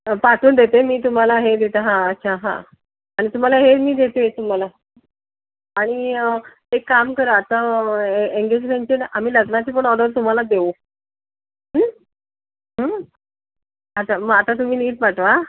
पाठवून देते मी तुम्हाला हे देते हां अच्छा हां आणि तुम्हाला हे मी देते तुम्हाला आणि एक काम करा आता ए एंगेजमेंटची आम्ही लग्नाची पण ऑर्डर तुम्हालाच देऊ आता मग आता तुम्ही नीट पाठवा